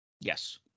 Yes